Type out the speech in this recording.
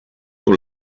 your